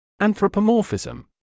Anthropomorphism